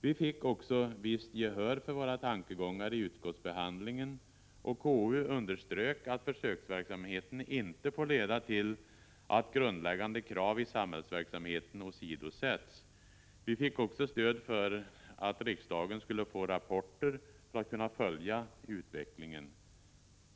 Vi fick också visst gehör för våra tankegångar i utskottsbehandlingen, och KU underströk att försöksverksamheten inte får leda till att grundläggande krav i samhällsverksamheten åsidosätts. Vi fick också stöd för att riksdagen skulle få rapporter för att kunna följa utvecklingen.